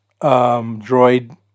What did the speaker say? droid